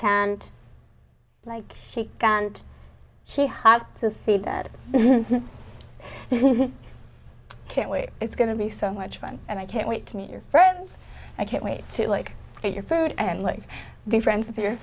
can't like she can't she has to see that i can't wait it's going to be so much fun and i can't wait to meet your friends i can't wait to like your food and like be friends with your